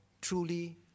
truly